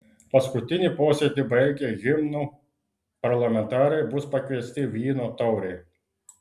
paskutinį posėdį baigę himnu parlamentarai bus pakviesti vyno taurei